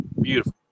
Beautiful